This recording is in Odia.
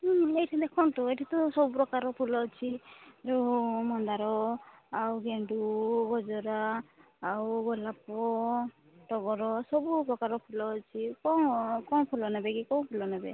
ହୁଁ ଏଇଠି ଦେଖନ୍ତୁ ଏଇଠି ତ ସବୁ ପ୍ରକାରର ଫୁଲ ଅଛି ଯେଉଁ ମନ୍ଦାର ଆଉ ଗେଣ୍ଡୁ ଗଜରା ଆଉ ଗୋଲାପ ଟଗର ସବୁ ପ୍ରକାର ଫୁଲ ଅଛି କ'ଣ କ'ଣ ଫୁଲ ନେବେ କି କେଉଁ ଫୁଲ ନେବେ